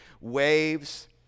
waves